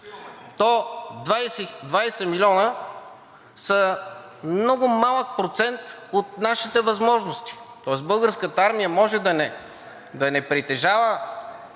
то 20 милиона са много малък процент от нашите възможности. Тоест Българската армия може да не притежава